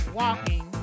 walking